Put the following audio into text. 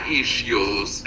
issues